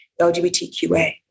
LGBTQA